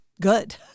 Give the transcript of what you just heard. good